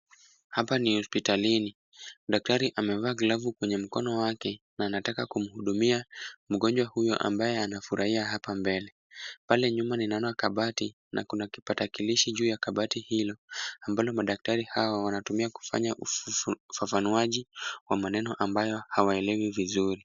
Hapa ni hospitalini. Daktari amevaa glavu kwenye mkono wake na anataka kumhudumia mgonjwa huyu ambaye anafurahia hapa mbele. Pale nyuma ninaona kabati na kuna kipatakilishi juu ya kabati hilo ambalo madaktari hao wanatumia kufanya ufafanuaji wa maneno ambayo hawaelewi vizuri.